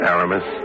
Aramis